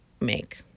make